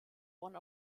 one